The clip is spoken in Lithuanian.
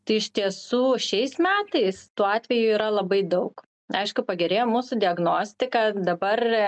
tai iš tiesų šiais metais tų atvejų yra labai daug aišku pagerėjo mūsų diagnostika dabar